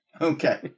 Okay